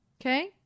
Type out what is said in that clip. Okay